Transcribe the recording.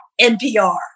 NPR